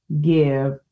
give